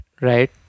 right